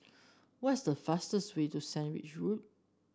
what's the fastest way to Sandwich Road